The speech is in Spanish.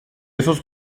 esos